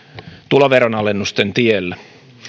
tuloveronalennusten tiellä